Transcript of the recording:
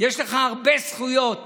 יש לך הרבה זכויות